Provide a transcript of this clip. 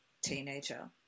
teenager